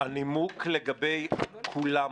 הנימוק לגבי כולם.